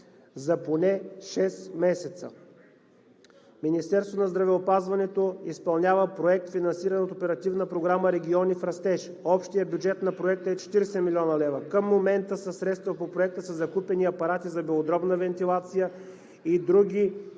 за шест месеца. Министерството на здравеопазването изпълнява проект, финансиран от Оперативна програма „Региони в растеж“. Общият бюджет на проекта е 40 млн. лв. Към момента със средства по проекта са закупени апарати за белодробна вентилация и други